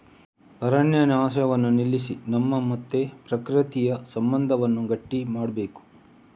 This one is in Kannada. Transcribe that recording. ಅರಣ್ಯ ನಾಶವನ್ನ ನಿಲ್ಲಿಸಿ ನಮ್ಮ ಮತ್ತೆ ಪ್ರಕೃತಿಯ ಸಂಬಂಧವನ್ನ ಗಟ್ಟಿ ಮಾಡ್ಬೇಕು